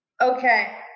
Okay